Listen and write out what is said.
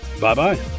bye-bye